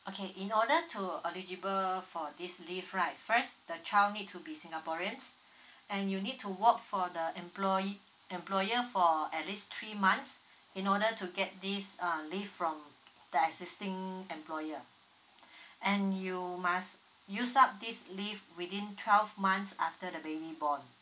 okay in order to eligible for this leave right first the child need to be singaporean and you need to work for the employee employer for at least three months in order to get this uh leave from the existing employer and you must use up this leave within twelve months after the baby born